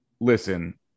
Listen